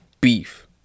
beef